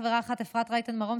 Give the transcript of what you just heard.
חברה אחת: אפרת רייטן מרום,